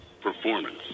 Performance